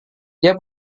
dia